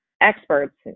experts